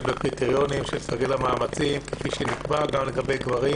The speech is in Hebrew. בקריטריונים של סרגל המאמצים כפי שנקבע גם לגבי גברים